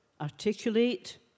articulate